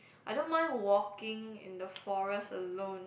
I don't mind walking in the forest alone